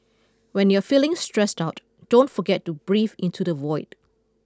when you are feeling stressed out don't forget to breathe into the void